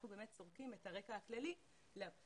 אנחנו סורקים את הרקע הכללי להוצאות